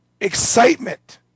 Excitement